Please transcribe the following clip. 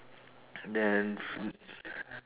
then